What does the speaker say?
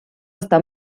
està